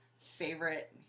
favorite